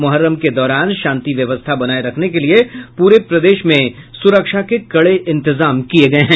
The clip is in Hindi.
मुहर्रम के दौरान शांति व्यवस्था बनाये रखने के लिए पूरे प्रदेश में सुरक्षा के कड़े इतजाम किये गये हैं